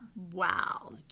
Wow